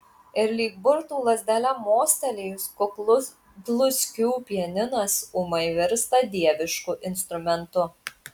ir lyg burtų lazdele mostelėjus kuklus dluskių pianinas ūmai virsta dievišku instrumentu